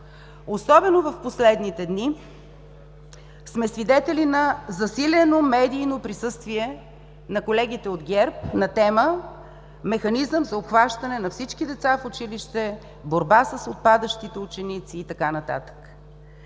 Особено в последните дни сме свидетели на засилено медийно присъствие на колегите от ГЕРБ на тема „Механизъм за обхващане на всички деца в училище, борба с отпадащите ученици“ и така